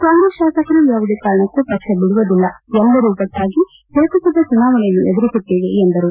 ಕಾಂಗ್ರೆಸ್ ಶಾಸಕರು ಯಾವುದೇ ಕಾರಣಕ್ಕೂ ಪಕ್ಷ ಬಿಡುವುದಿಲ್ಲ ಎಲ್ಲರೂ ಒಟ್ಪಾಗಿ ಲೋಕಸಭಾ ಚುನಾವಣೆಯನ್ನು ಎದುರಿಸುತ್ತೇವೆ ಎಂದರು